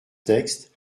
texte